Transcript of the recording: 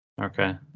Okay